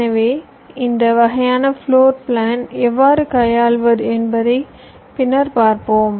எனவே இந்த வகையான ஃப்ளோர் பிளான் எவ்வாறு கையாள்வது என்பதை பின்னர் பார்ப்போம்